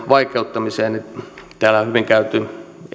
vaikeuttamiseen täällä on hyvin käyty